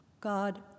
God